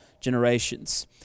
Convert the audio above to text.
generations